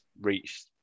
reached